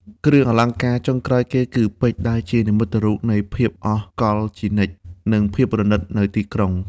គ្រឿងអលង្ការចុងក្រោយគី ពេជ្រដែលជានិមិត្តរូបនៃភាពអស់កល្បជានិច្ច និងភាពប្រណិតនៅទីក្រុង។